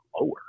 lower